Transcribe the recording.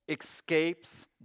escapes